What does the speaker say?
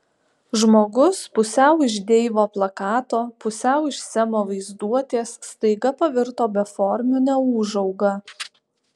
žmogus pusiau iš deivo plakato pusiau iš semo vaizduotės staiga pavirto beformiu neūžauga